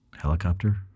Helicopter